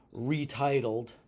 retitled